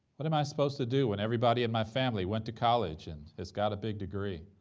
what am i supposed to do when everybody in my family went to college and has got a big degree?